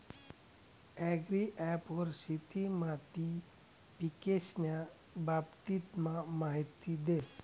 agri app वर शेती माती पीकेस्न्या बाबतमा माहिती देस